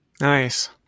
Nice